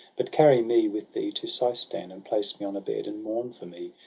but carry me with thee to seistan, and place me on a bed, and mourn for me.